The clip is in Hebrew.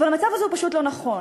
אבל המצב הזה פשוט לא נכון,